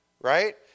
Right